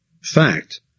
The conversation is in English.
fact